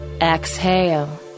Exhale